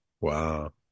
Wow